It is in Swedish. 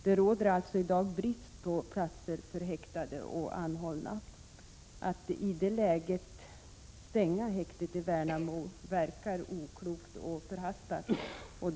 Det råder alltså i dag brist på platser för häktade och anhållna. I det läget verkar det oklokt och förhastat att stänga häktet i Värnamo.